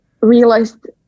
realized